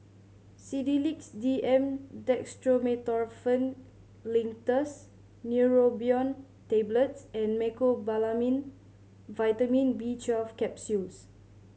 Sedilix D M Dextromethorphan Linctus Neurobion Tablets and Mecobalamin Vitamin B Twelve Capsules